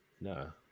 No